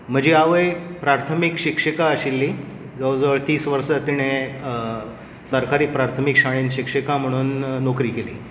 म्हजी आवय प्रार्थमीक शिक्षिका आशिल्ली जवळ जवळ तीस वर्सां तिणें सरकारी प्रार्थमीक शाळेन शिक्षिका म्हणून नोकरी केली